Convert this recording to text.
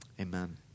Amen